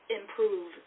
improve